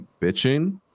bitching